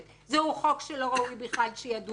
זה חוק שלא ראוי בכלל שידונו בו,